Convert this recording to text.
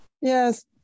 Yes